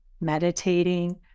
meditating